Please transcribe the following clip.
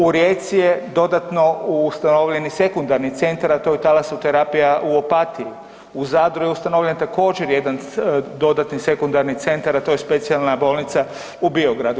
U Rijeci je dodatno ustanovljen i sekundarni centar, a to je Thalassotherapia u Opatiji, u Zadru je ustanovljen također jedan dostatni sekundarni centar, a to je Specijalna bolnica u Biogradu.